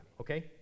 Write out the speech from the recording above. okay